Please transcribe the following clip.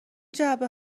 جعبه